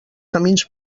camins